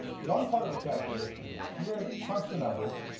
one part of the calculation is, we're going to crunch the numbers,